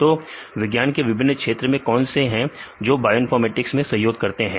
तो विज्ञान के विभिन्न क्षेत्र कौन से हैं जो बायोइनफॉर्मेटिक्स में सहयोग करते हैं